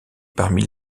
parmi